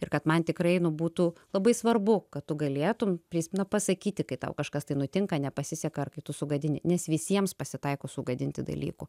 ir kad man tikrai nu būtų labai svarbu kad tu galėtum pris na pasakyti kai tau kažkas tai nutinka nepasiseka ar kai tu sugadini nes visiems pasitaiko sugadinti dalykų